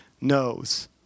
knows